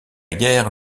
guerre